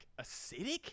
acidic